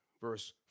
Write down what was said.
verse